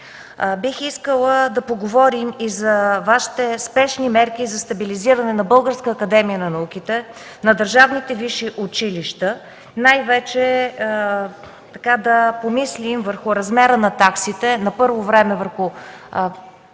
Бих искала да поговорим и за Вашите спешни мерки за стабилизиране на Българската академия на науките, на държавните висши училища, най-вече да помислим върху размера на таксите, на първо време върху